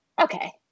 okay